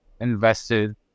invested